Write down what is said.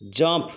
jump